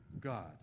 God